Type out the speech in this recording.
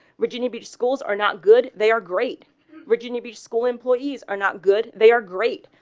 virginia beach schools are not good. they are great virginia beach school employees are not good. they are great.